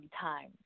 time